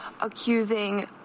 accusing